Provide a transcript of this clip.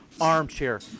armchair